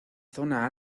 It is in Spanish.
zona